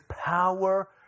power